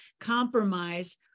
compromise